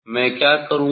मैं क्या करूँगा